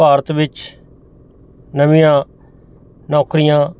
ਭਾਰਤ ਵਿੱਚ ਨਵੀਆਂ ਨੌਕਰੀਆਂ